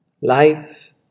life